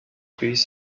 piece